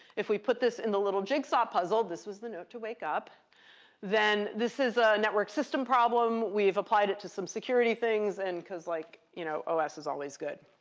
if we put this in the little jigsaw puzzle this was the note to wake up then this is a network system problem. we've applied it to some security things and because like you know ah os is always good.